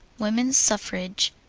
woman's suffrage.